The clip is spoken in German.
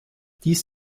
dies